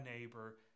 neighbor